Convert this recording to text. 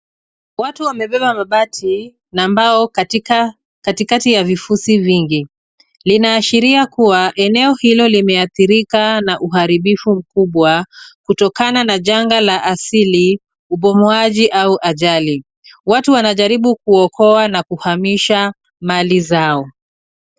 Watu wamebeba mabati na mbao katikati ya vifusi vingi. Linaashiria kuwa eneo hilo limeadhirika na uharibifu mkubwa kutokana na janga la asili, ubomoaji au ajali. Watu wanajaribu kuokoa na kuhamisha mali yao.